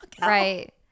right